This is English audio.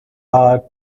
hour